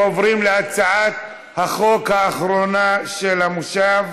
עוברים להצעת החוק האחרונה של המליאה.